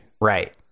Right